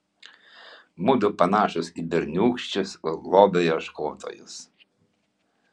mudu panašūs į berniūkščius lobio ieškotojus